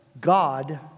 God